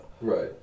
Right